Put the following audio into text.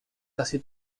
casi